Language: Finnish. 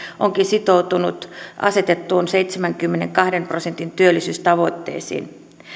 onkin sitoutunut asetettuun seitsemänkymmenenkahden prosentin työllisyystavoitteeseen